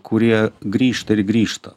kurie grįžta ir grįžta